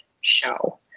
show